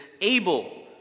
able